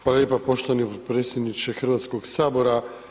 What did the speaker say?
Hvala lijepa poštovani potpredsjedniče Hrvatskog sabora.